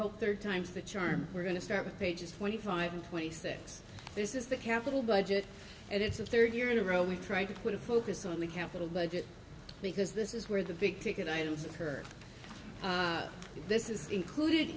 hope third time's the charm we're going to start with pages twenty five and twenty six this is the capital budget and it's a third year in a row we try to put a focus on the capital budget because this is where the big ticket items for this is included